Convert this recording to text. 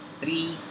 three